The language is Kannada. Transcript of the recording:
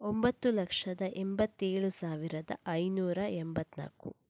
ಒಂಬತ್ತು ಲಕ್ಷದ ಎಂಬತ್ತೇಳು ಸಾವಿರದ ಐನೂರ ಎಂಬತ್ತನಾಲ್ಕು